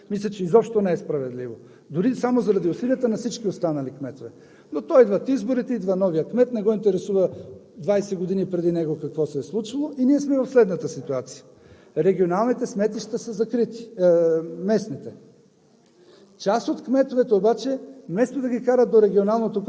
И накрая резултатът да бъде наказателна процедура заради три- четири кметства. Мисля, че изобщо не е справедливо дори само заради усилията на всички останали кметове. Но идват изборите – идва новият кмет, не го интересува 20 години преди него какво се е случило и ние сме в следната ситуация: местните сметища са закрити, част от